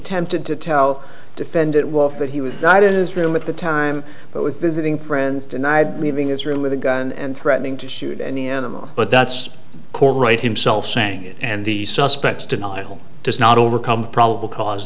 attempted to tell defendant wolf that he was not in his room at the time but was visiting friends denied leaving his room with a gun and threatening to shoot any animal but that's right himself sang it and the suspects denial does not overcome the probable cause